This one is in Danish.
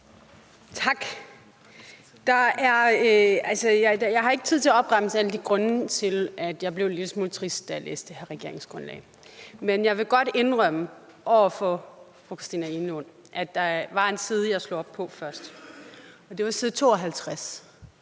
Tak. Jeg har ikke tid til at opremse alle de grunde til, at jeg blev en lille smule trist, da jeg læste det her regeringsgrundlag. Men jeg vil godt indrømme over for fru Christina Egelund, at der var en side, jeg slog op på først. Det var side 52.